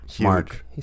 Mark